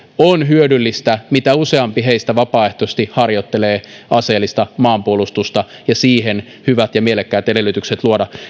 on hyödyllistä mitä useampi heistä vapaaehtoisesti harjoittelee aseellista maanpuolustusta ja on hyödyllistä luoda siihen hyvät ja mielekkäät edellytykset